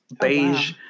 beige